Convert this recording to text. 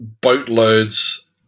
boatloads